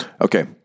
Okay